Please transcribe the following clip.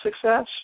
success